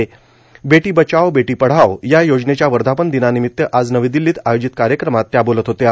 बेटी बचाओ बेटी पढाओ या योजनेच्या वर्धापन दिनानिमित्त आज नवी दिल्लीत आयोजित कार्यक्रमात त्या बोलत होत्या